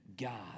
God